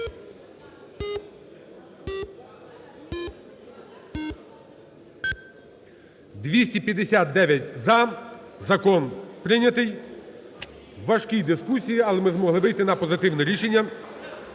За-259 Закон прийнятий в важкій дискусії, але ми змогли вийти на позитивне рішення.